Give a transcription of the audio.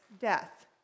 death